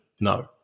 No